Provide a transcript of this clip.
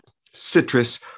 citrus